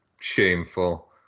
shameful